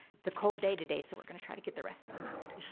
it's a cold day today so we're gonna try to get the rest of em out.